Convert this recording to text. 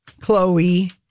Chloe